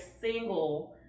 single